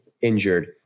injured